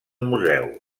museu